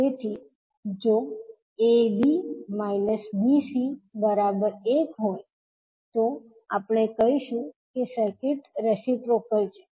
તેથી જો 𝐀𝐃 𝐁𝐂 1 તો આપણે કહીશું કે સર્કિટ રેસીપ્રોકલ છે